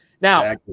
Now